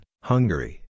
Hungary